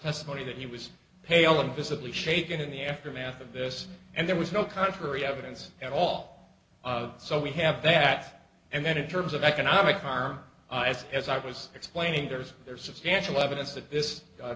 testimony that he was pale and visibly shaken in the aftermath of this and there was no contrary evidence at all so we have that and then in terms of economic harm as as i was explaining there's there's substantial evidence that this